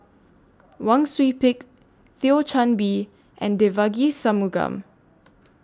Wang Sui Pick Thio Chan Bee and Devagi Sanmugam